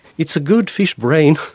it's a good fish brain,